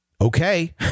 okay